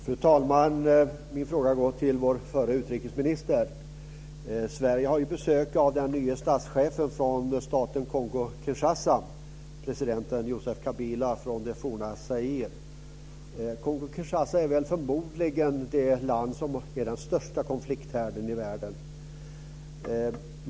Fru talman! Min fråga går till vår förra utrikesminister. Sverige har ju besök av den nye presidenten Zaire. Kongo-Kinshasa är förmodligen den största konflikthärden i världen.